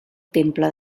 temple